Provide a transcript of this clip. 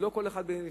הוא לא כל אחד בנפרד,